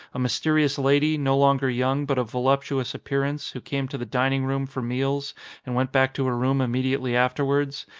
a mysterious lady, no longer young but of voluptuous appearance, who came to the dining room for meals and went back to her room immediately afterwards,